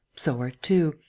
so are two.